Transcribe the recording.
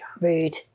rude